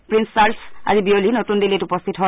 Priest চাৰ্লছে আজি বিয়লি নতুন দিল্লীত উপস্থিত হয়